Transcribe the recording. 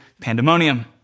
pandemonium